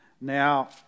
Now